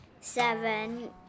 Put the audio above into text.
Seven